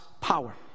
power